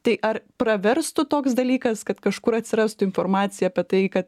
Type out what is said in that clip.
tai ar praverstų toks dalykas kad kažkur atsirastų informacija apie tai kad